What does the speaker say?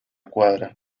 cuadra